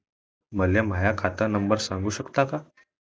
मले माह्या खात नंबर सांगु सकता का?